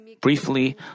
Briefly